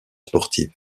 sportive